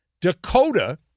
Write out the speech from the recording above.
Dakota